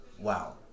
Wow